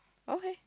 okay